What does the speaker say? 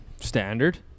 Standard